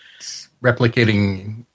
Replicating